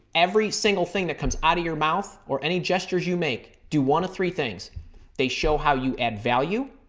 every single thing that comes out of your mouth or any gestures you make, do one of three things they show how you add value,